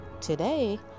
today